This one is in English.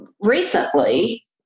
recently